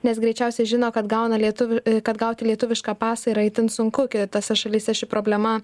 nes greičiausiai žino kad gauna lietuvių kad gauti lietuvišką pasą yra itin sunku tose šalyse ši problema